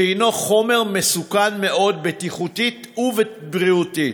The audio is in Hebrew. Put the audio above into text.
שהוא חומר מסוכן מאוד, בטיחותית ובריאותית,